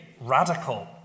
radical